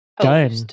done